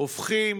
הופכים